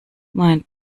mein